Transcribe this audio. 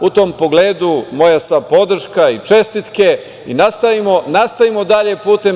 U tom pogledu moja sva podrška i čestitke i nastavimo dalje putem.